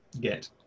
get